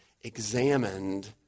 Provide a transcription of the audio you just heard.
examined